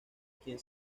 quien